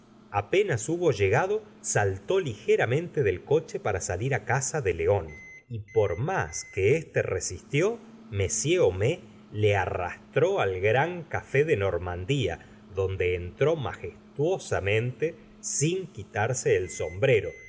apenas hubo llegado saltó ligeramente del coche para salir á caza de león y por más que éste resistió tl homais le arrastró al gran café de normandía donde entró majestuosamente sin quitarse el sombrero